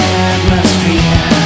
atmosphere